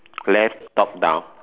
left top down